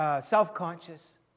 self-conscious